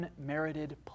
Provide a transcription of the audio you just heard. unmerited